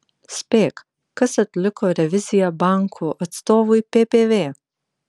spėk kas atliko reviziją banko atstovui ppv